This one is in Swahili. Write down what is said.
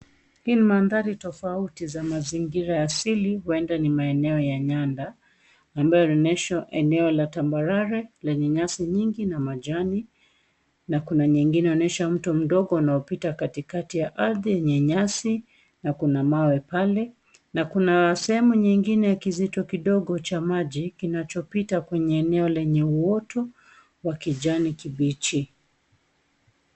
Hii ni mandhari tofauti za mazingira ya asili huenda ni maeneo ya nyamba ambayo inaonyesha eneo la tambarare lenye nyasi nyingi na majani na kuna nyingine inaonyesha mto mdogo unaopita katikati ya ardhi na nyasi na kuna mawe pale. Na kuna sehemu nyingine ya kijito kidogo cha maji kinachopita kwenye eneo lenye uoto wa kijani kibichi.